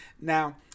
Now